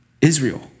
Israel